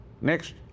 Next